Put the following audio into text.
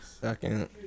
Second